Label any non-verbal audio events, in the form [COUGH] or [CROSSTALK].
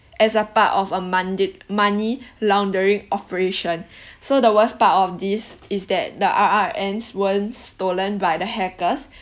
as a part of a money laundering operation [BREATH] so the worst part of this is that the R_R_Ns weren't stolen by the hackers [BREATH]